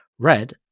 Red